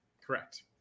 Correct